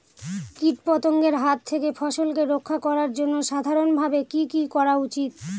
কীটপতঙ্গের হাত থেকে ফসলকে রক্ষা করার জন্য সাধারণভাবে কি কি করা উচিৎ?